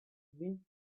been